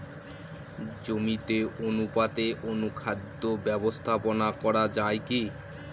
জমিতে অনুপাতে অনুখাদ্য ব্যবস্থাপনা করা য়ায় কি?